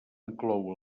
inclou